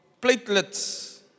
platelets